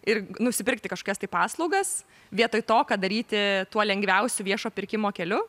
ir nusipirkti kažkokias tai paslaugas vietoj to ką daryti tuo lengviausiu viešo pirkimo keliu